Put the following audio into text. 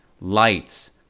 lights